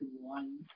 one